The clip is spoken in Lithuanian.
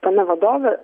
tame vadove